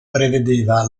prevedeva